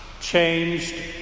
changed